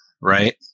right